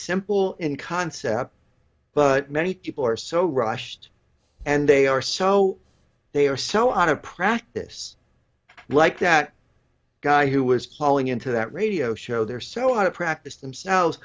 simple in concept but many people are so rushed and they are so they are so out of practice like that guy who was calling into that radio show they're so out of practice themselves